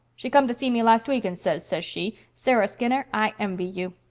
she come to see me last week and says, says she, sarah skinner, i envy you.